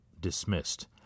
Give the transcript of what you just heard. dismissed